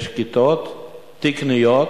יש כיתות תקניות,